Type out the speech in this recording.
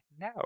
No